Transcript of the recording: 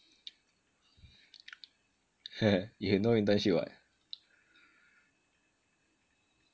you have no intership [what]